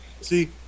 See